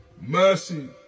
mercy